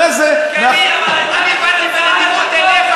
בגלל שלא אכפת לך לדעת.